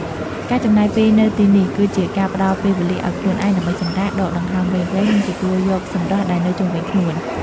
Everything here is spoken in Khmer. ការចំណាយពេលនៅទីនេះ គឺជាការផ្តល់ពេលវេលាឲ្យខ្លួនឯងដើម្បីសម្រាក ដកដង្ហើមវែងៗ និងទទួលយកសម្រស់ដែលនៅជុំវិញខ្លួន។